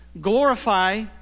glorify